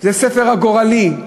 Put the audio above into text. זה ספר גורלי,